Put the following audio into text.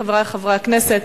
חברי חברי הכנסת,